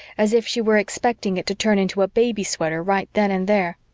as if she were expecting it to turn into a baby sweater right then and there.